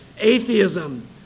Atheism